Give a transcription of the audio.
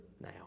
now